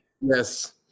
Yes